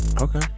Okay